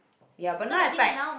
ya but now is like